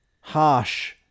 harsh